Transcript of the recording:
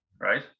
right